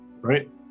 right